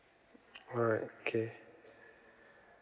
alright okay